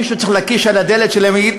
מישהו צריך להקיש על הדלת שלהם ולהגיד,